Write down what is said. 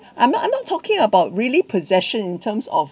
I mean I'm not talking about really possession in terms of